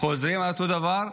חוזרים על אותו דבר,